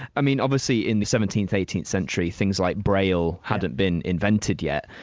i mean obviously in the seventeenth, eighteenth century things like braille hadn't been invented yet,